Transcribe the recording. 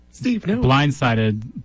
blindsided